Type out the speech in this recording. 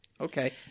Okay